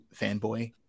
fanboy